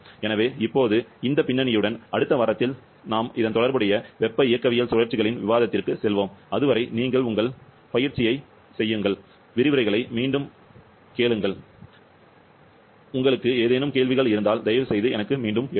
எனவே இப்போது இந்த பின்னணியுடன் அடுத்த வாரத்தில் நாம் தொடர்புடைய வெப்ப இயக்கவியல் சுழற்சிகளின் விவாதத்திற்குச் செல்வோம் அதுவரை நீங்கள் உங்கள் பயிற்சியைச் செய்கிறீர்கள் சொற்பொழிவுகளை மீண்டும் செய்யுங்கள் அல்லது திருத்தலாம் உங்களுக்கு ஏதேனும் கேள்வி இருந்தால் தயவுசெய்து எனக்கு மீண்டும் எழுதுங்கள்